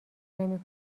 نمی